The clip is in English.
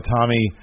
Tommy